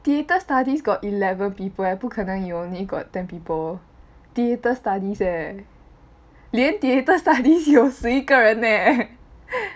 theatre studies got eleven people eh 不可能 you only got ten people theatre studies eh 连 theatre studies 有十一个人 eh